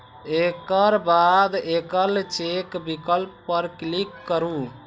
एकर बाद एकल चेक विकल्प पर क्लिक करू